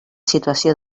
situació